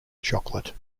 chocolate